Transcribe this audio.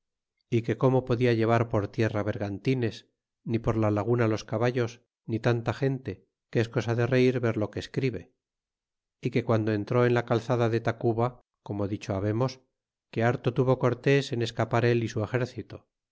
que como podia llevar por tierra vergantines ni por la laguna los caballos ni tanta gente que es cosa de reir ver lo que escribe y que piando entró en la calzada de tacuba como dicho babemos que harto tuvo cortés en escapar él y su exercito